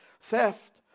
theft